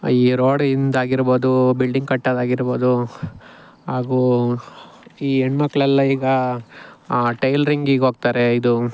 ಈ ರೋಡಿಂದಾಗಿರ್ಬೋದು ಬಿಲ್ಡಿಂಗ್ ಕಟ್ಟೋದಾಗಿರ್ಬೋದು ಹಾಗೂ ಈ ಹೆಣ್ಮಕ್ಳೆಲ್ಲ ಈಗ ಟೈಲರಿಂಗಿಗೋಗ್ತಾರೆ ಇದು